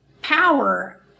power